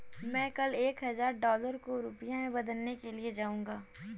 मैं कल एक हजार डॉलर को रुपया में बदलने के लिए जाऊंगा